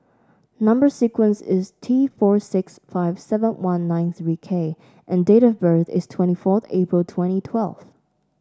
number sequence is T four six five seven one nine three K and date of birth is twenty fourth April twenty twelve